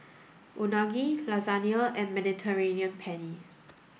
Unagi Lasagne and Mediterranean Penne